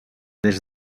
des